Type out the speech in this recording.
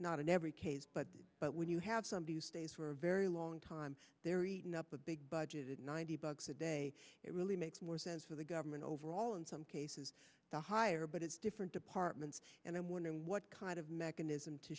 not in every case but but when you have some these days for very long time they're eating up a big budgeted ninety bucks a day it really makes more sense for the government overall in some cases the higher but it's different departments and i'm wondering what kind of mechanism to